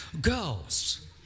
girls